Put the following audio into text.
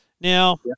Now